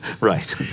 Right